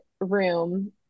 room